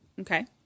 okay